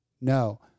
no